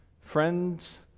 Friends